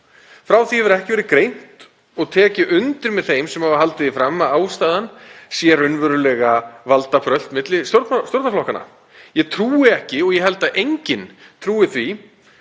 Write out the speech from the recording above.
Frá því hefur ekki verið greint og tek ég undir með þeim sem hafa haldið því fram að ástæðan sé raunverulega valdabrölt milli stjórnarflokkanna. Ég trúi ekki og ég held að enginn trúi